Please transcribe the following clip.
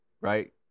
Right